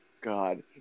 god